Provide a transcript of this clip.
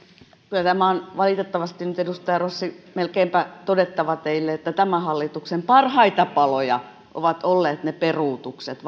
kyllä tämä on valitettavasti nyt edustaja rossi melkeinpä todettava teille että tämän hallituksen parhaita paloja ovat olleet peruutukset